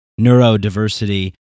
Neurodiversity